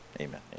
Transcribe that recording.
Amen